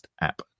app